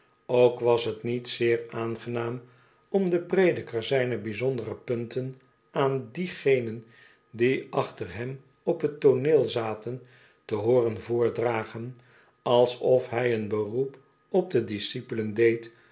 ook was t niet zeer aangenaam om don prediker zijne bijzondere punten aan diegenen die achter hem op t tooneel zaten te hooren voordragen alsof hij een beroep op de discipelen